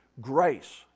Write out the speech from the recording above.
grace